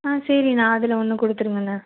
ஆ சரிண்ணா அதில் ஒன்று கொடுத்துருங்கண்ண